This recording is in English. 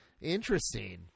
Interesting